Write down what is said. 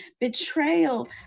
betrayal